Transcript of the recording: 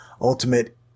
ultimate